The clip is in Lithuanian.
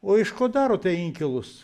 o iš ko darote inkilus